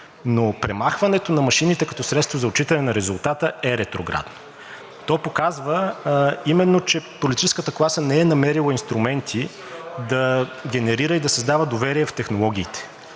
но премахването на машините като средство за отчитане на резултата, е ретроградно. То показва именно, че политическата класа не е намерила инструменти да генерира и да създава доверие в технологиите.